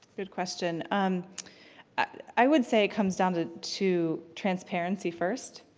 good question. and i would say it comes down to to transparency first,